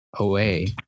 away